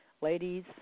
Ladies